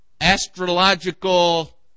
astrological